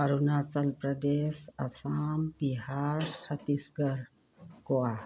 Arunachal Pradesh Assam Bihar Chhattisgarh Goa